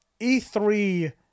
E3